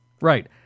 Right